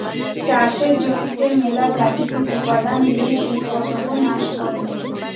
চাষের জমিতে মেলা প্রাকৃতিক উপাদন দিয়ে কীটপতঙ্গ নাশ করেটে